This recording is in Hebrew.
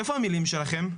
איפה המילים שלכם?